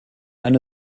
eine